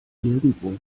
nirgendwo